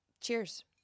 Cheers